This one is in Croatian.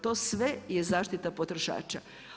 To sve je zaštita potrošača.